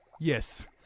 Yes